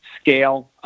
scale